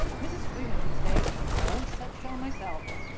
mrs. freeman would say, i always said so myself.